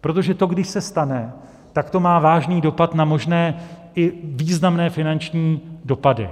Protože to když se stane, tak to má vážný dopad na možné, i významné finanční dopady,